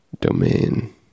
domain